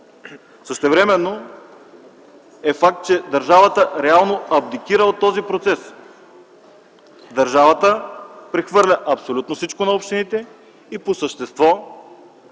Същевременно е факт, че държавата реално абдикира от този процес. Държавата прехвърля всичко на общините и по същество